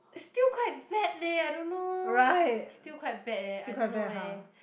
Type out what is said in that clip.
still quite bad leh I don't know still quite bad leh I don't know eh